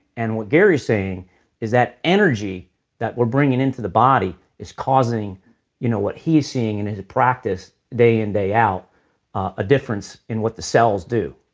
and what gary's saying is that energy that we're bringing into the body is causing you know what he's seeing in his practice day in day out a difference in what the cells do